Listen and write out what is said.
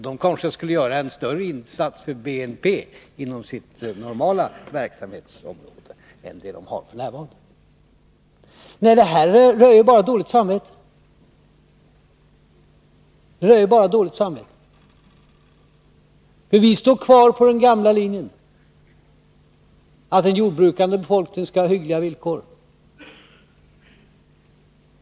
De kanske skulle göra en större insats för BNP inom sitt normala verksamhetsområde än inom det de har f. n. Nej, det här är bara dåligt samvete. Vi står kvar på den gamla linjen, att den jordbrukande befolkningen skall ha hyggliga villkor.